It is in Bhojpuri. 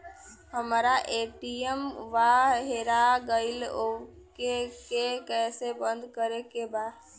हमरा ए.टी.एम वा हेरा गइल ओ के के कैसे बंद करे के बा?